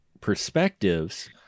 perspectives